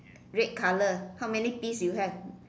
red colour how many piece you have